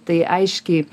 tai aiškiai